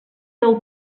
del